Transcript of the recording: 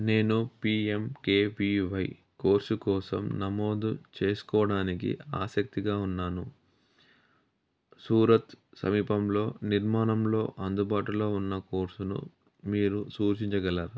నేను P M K V Y course కోసం నమోదు చేసుకోడానికి ఆసక్తిగా ఉన్నాను సూరత్ సమీపంలో నిర్మాణంలో అందుబాటులో ఉన్న కోర్సును మీరు సూచించగలరా